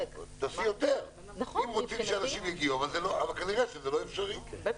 תעשו יותר אם רוצים שאנשים יגיעו אבל כנראה שזה לא אפשרי.